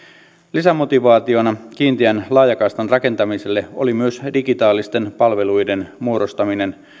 lisämotivaationa kiinteän laajakaistan rakentamiselle oli myös digitaalisten palveluiden muodostaminen